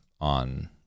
on